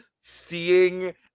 seeing